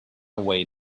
away